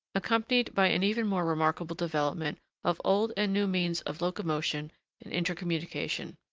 accompanied by an even more remarkable development of old and new means of locomotion and intercommunication.